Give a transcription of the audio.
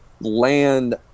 land